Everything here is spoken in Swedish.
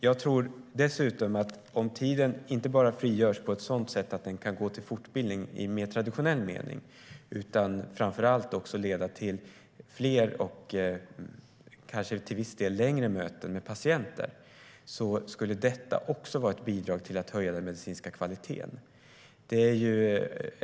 Jag tror dessutom att om tiden frigörs så att den inte bara kan gå till fortbildning i mer traditionell mening utan framför allt också leda till fler och i viss mån längre möten med patienter skulle detta också vara ett bidrag till att höja den medicinska kvaliteten.